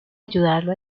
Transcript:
ayudarlo